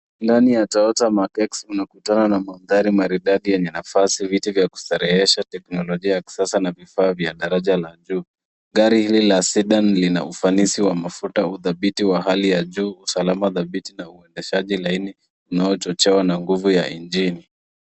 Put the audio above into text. Toyota Mark X inakutana na magari maridadi yenye nafasi , viti vya kustarehesha, teknolojia ya kisasa na vifaa vya daraja la juu. Gari hili la Cedan si wa mafuta wa Hali ya juu, usalama dhabiti na uendeshaji wa laini unaochochewa na nguvu ya injini